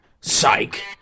psych